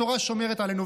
התורה שומרת עלינו.